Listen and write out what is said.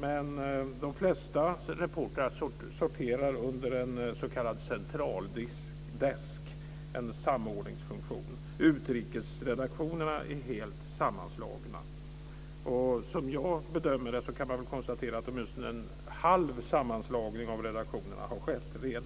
men de flesta reportrar sorterar under en samordningsfunktion, en s.k. central-desk. Utrikesredaktionerna är helt sammanslagna. Som jag bedömer det har redan åtminstone en halv sammanslagning av nyhetsredaktionerna skett.